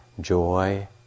joy